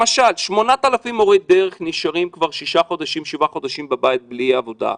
למשל 8,000 מורי דרך נשארים כבר שישה-שבעה חודשים בבית בלי עבודה,